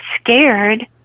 scared